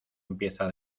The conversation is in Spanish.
empieza